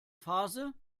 phase